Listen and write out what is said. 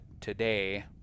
today